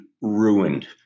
ruined